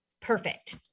perfect